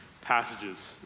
passages